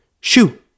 shoo